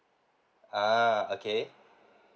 ah okay